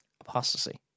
Apostasy